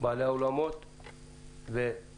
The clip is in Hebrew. בעלי האולמות והזוגות.